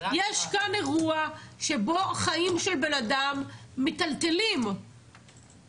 יש כאן אירוע שבו חיים של בן אדם מטלטלים כל